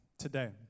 today